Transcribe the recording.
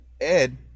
Ed